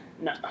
No